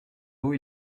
haut